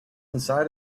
inside